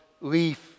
leaf